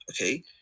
okay